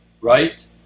right